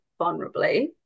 vulnerably